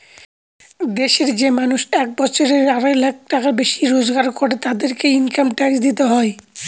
দেশের যে মানুষ এক বছরে আড়াই লাখ টাকার বেশি রোজগার করে, তাদেরকে ইনকাম ট্যাক্স দিতে হয়